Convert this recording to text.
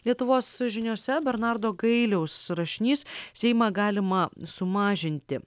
lietuvos žiniose bernardo gailiaus rašinys seimą galima sumažinti